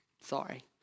Sorry